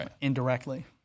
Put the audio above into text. indirectly